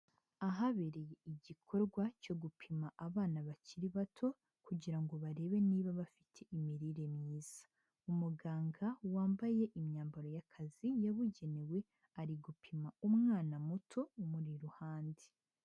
Ahabereye igikorwa cyo gupima abana bakiri bato, kugira ngo barebe niba bafite imirire myiza, umuganga wambaye imyambaro y'akazi yabugenewe ari gupima umwana muto umuri iruhande.